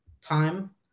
time